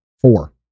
Four